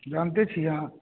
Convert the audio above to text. जानते छियै अहाँ